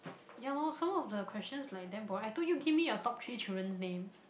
ya lor some of the questions like damn boring I told you give me your top three children's name